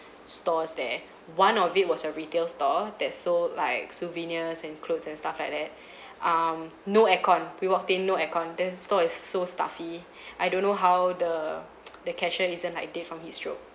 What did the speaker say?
stores there one of it was a retail store that sold like souvenirs and clothes and stuff like that um no air con we walked in no air con the store is so stuffy I don't know how the the cashier isn't like dead from heat stroke